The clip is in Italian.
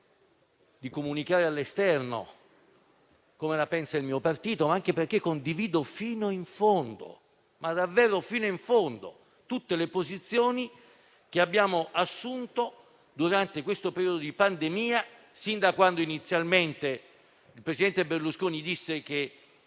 di comunicare all'esterno come la pensa il mio partito, ma anche perché condivido davvero fino in fondo tutte le posizioni assunte durante questo periodo di pandemia, sin da quando inizialmente il presidente Berlusconi disse,